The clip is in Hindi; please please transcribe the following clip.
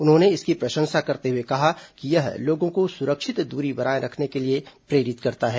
उन्होंने इसकी प्रशंसा करते हुए कहा कि यह लोगों को सुरक्षित दूरी बनाए रखने के लिए प्रेरित करता है